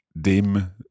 dem